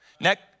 Next